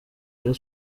rayon